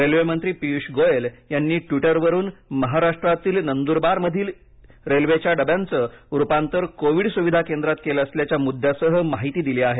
रेल्वेमंत्री पीयूष गोयल यांनी ट्विटरवरुन महाराष्ट्रातील नंद्रबारमधील इथल्या रेल्वेच्या डब्यांचे रुपांतर कोविड सुविधा केंद्रात केलं असल्याच्या मुद्द्यासह माहिती दिली आहे